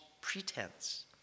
pretense